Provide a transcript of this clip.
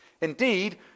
Indeed